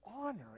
honoring